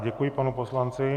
Děkuji panu poslanci.